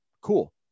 cool